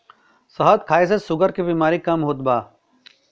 शहद खाए से शुगर के बेमारी कम होत बा